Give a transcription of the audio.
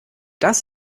das